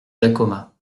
dacoma